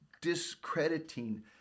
discrediting